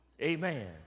Amen